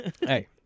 Hey